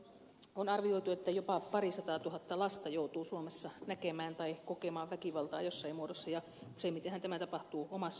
on arvioitu että jopa parisataatuhatta lasta joutuu suomessa näkemään tai kokemaan väkivaltaa jossain muodossa ja useimmitenhan tämä tapahtuu omassa perheessä